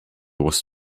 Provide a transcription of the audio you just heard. was